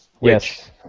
Yes